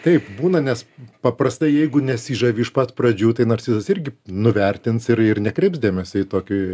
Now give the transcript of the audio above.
taip būna nes paprastai jeigu nesižavi iš pat pradžių tai narcizas irgi nuvertins ir ir nekreips dėmesio į tokį